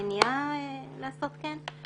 מניעה לעשות כן.